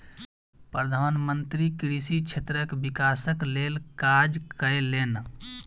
प्रधान मंत्री कृषि क्षेत्रक विकासक लेल काज कयलैन